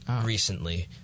recently